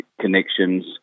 connections